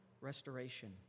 restoration